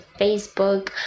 Facebook